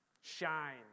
shine